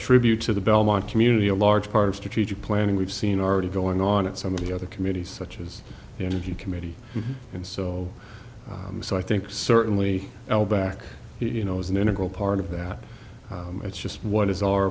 attribute to the belmont community a large part of strategic planning we've seen already going on at some of the other communities such as the energy committee and so on so i think certainly i'll back you know as an integral part of that it's just what is our